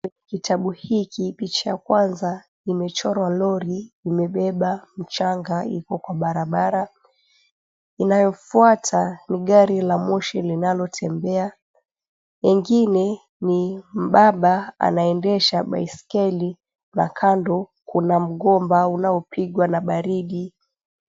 Kitabu hiki picha ya kwanza imechorwa lori imebeba mchanga Iko kwa barabara inayofuata ni gari la moshi linalotembea, lingineni mbaba anaendesha baiskeli na kando kuna mgomba unaopigwa na baridi.